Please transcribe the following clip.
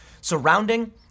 surrounding